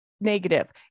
negative